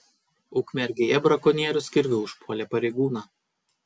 ukmergėje brakonierius kirviu užpuolė pareigūną